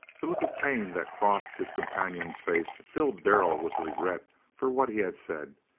the look of pain that crossed his companion's face filled darrell with regret for what he had said,